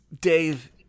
Dave